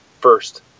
first